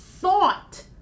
thought